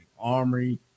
armory